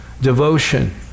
devotion